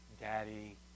Daddy